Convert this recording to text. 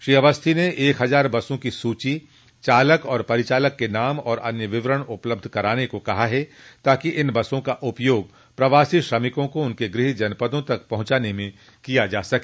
श्री अवस्थी ने एक हजार बसों की सूची चालक और परिचालक क नाम तथा अन्य विवरण उपलब्ध कराने को कहा है ताकि इन बसों का उपयोग प्रवासी श्रमिकों को उनके गृह जनपदों तक पहुंचाने में किया जा सके